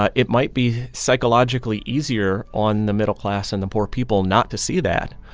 ah it might be psychologically easier on the middle class and the poor people not to see that.